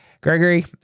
Gregory